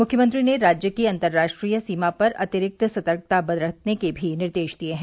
मुख्यमंत्री ने राज्य की अंतरराष्ट्रीय सीमा पर अतिरिक्त सतर्कता बरतने के भी निर्देश दिए हैं